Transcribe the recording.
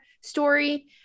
story